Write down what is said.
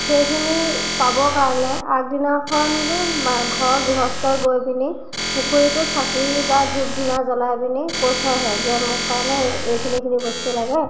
সেইখিনি পাবৰ কাৰণে আগদিনাখন ঘৰৰ গৃহস্থই গৈপিনি পুখুৰীটোত চাকি বা ধূপ ধূনা জ্বলাই পিনি কৈ থৈ আহে যে মোৰ কাৰণে এইখিনি এইখিনি বস্তু লাগে